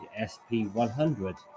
SP100